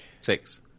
six